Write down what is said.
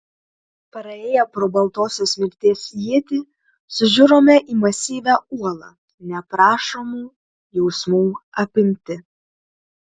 praėję pro baltosios mirties ietį sužiurome į masyvią uolą neaprašomų jausmų apimti